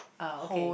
uh okay